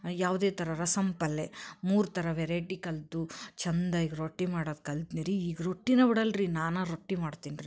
ಯಾವುದೇ ಥರ ರಸಂ ಪಲ್ಲೆ ಮೂರು ಥರ ವೆರೈಟಿ ಕಲಿತು ಚಂದಾಗಿ ರೊಟ್ಟಿ ಮಾಡೋದು ಕಲ್ತ್ನಿ ರೀ ಈಗ ರೊಟ್ಟಿನೇ ಬಿಡಲ್ಲ ರೀ ನಾನಾ ರೊಟ್ಟಿ ಮಾಡ್ತೀನಿ ರೀ